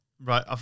right